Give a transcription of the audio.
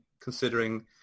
considering